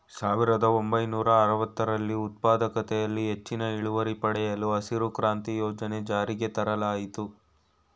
ಸಾವಿರದ ಒಂಬೈನೂರ ಅರವತ್ತರಲ್ಲಿ ಉತ್ಪಾದಕತೆಯಲ್ಲಿ ಹೆಚ್ಚಿನ ಇಳುವರಿ ಪಡೆಯಲು ಹಸಿರು ಕ್ರಾಂತಿ ಯೋಜನೆ ಜಾರಿಗೆ ತರಲಾಯಿತು